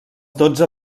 dotze